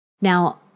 Now